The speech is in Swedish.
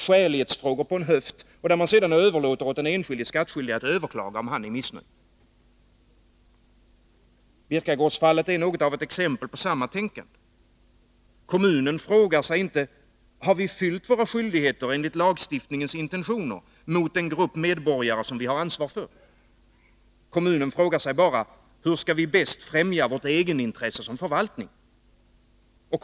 Skälighetsfrågor avgörs på en höft, och man överlåter åt den enskilde att överklaga, om han är missnöjd. Birkagårdsfallet är ett exempel på samma sorts tänkande. Kommunen frågar sig inte: Har vi uppfyllt våra skyldigheter enligt lagstiftningens intentioner gentemot den grupp medborgare som vi har ansvaret för? Kommunen frågar sig bara: Hur skall vi, i egenskap av förvaltning, bäst främja vårt egenintresse?